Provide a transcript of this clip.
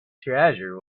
treasure